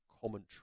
commentary